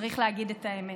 צריך להגיד את האמת.